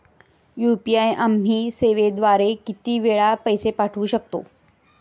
UPI आम्ही सेवेद्वारे किती वेळा पैसे पाठवू शकतो?